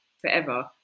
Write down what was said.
forever